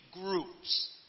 groups